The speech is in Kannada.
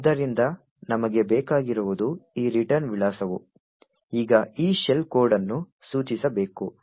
ಆದ್ದರಿಂದ ನಮಗೆ ಬೇಕಾಗಿರುವುದು ಈ ರಿಟರ್ನ್ ವಿಳಾಸವು ಈಗ ಈ ಶೆಲ್ ಕೋಡ್ ಅನ್ನು ಸೂಚಿಸಬೇಕು